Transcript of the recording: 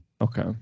Okay